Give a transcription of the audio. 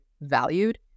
valued